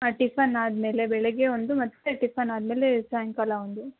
ಹಾಂ ಟಿಫನ್ ಆದಮೇಲೆ ಬೆಳಗ್ಗೆ ಒಂದು ಮತ್ತೆ ಟಿಫನ್ ಆದಮೇಲೆ ಸಾಯಂಕಾಲ ಒಂದು